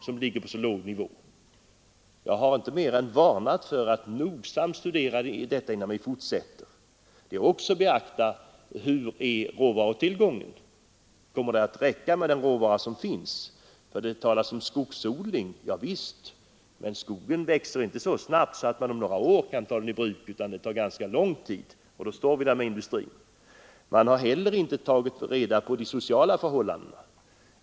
Jag har med detta velat uppmana regeringen att nogsamt studera dessa förhållanden. Man bör också beakta råvarutillgången. Kommer den råvara som finns att räcka? Det talas om skogsodling. Javisst, men skogen växer inte så snabbt att man om några år kan ta den i bruk. Det tar ganska lång tid innan man kan göra det, och då står man där med industrin. Man har heller inte tagit reda på de sociala förhållandena.